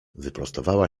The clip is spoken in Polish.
wyprostowała